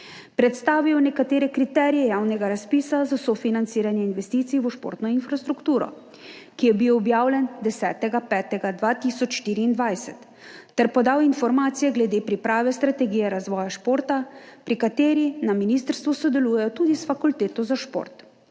Predstavil je nekatere kriterije javnega razpisa za sofinanciranje investicij v športno infrastrukturo, ki je bil objavljen 10. 5. 2024, ter podal informacije glede priprave strategije razvoja športa, pri kateri na ministrstvu sodelujejo tudi s Fakulteto za šport.